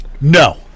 no